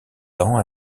temps